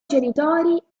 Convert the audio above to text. genitori